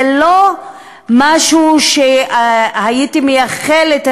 זה לא משהו שהייתי מאחלת,